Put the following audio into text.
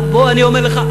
אני אומר לך,